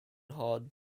hard